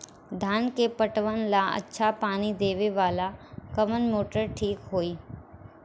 धान के पटवन ला अच्छा पानी देवे वाला कवन मोटर ठीक होई?